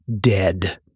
dead